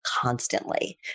constantly